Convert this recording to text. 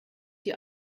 die